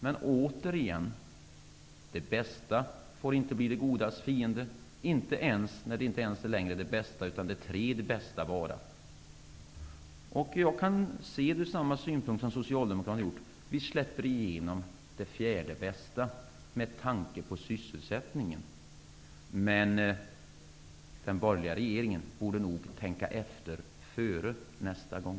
Men återigen: det bästa får inte bli det godas fiende, inte ens när det inte längre är fråga om det bästa utan bara det tredje bästa. Jag kan från samma synpunkt som Socialdemokraterna se att vi släpper igenom det fjärde bästa, med tanke på sysselsättningen. Men den borgerliga regeringen borde nog tänka efter före nästa gång.